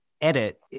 edit